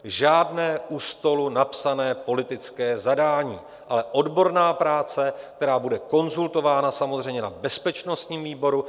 Žádné u stolu napsané politické zadání, ale odborná práce, která bude konzultována samozřejmě na bezpečnostním výboru.